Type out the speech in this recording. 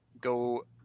go